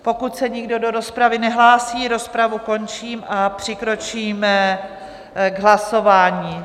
Pokud se nikdo do rozpravy nehlásí, rozpravu končím a přikročíme k hlasování.